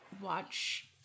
watch